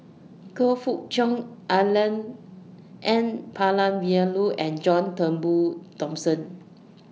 Choe Fook Cheong Alan N Palanivelu and John Turnbull Thomson